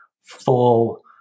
full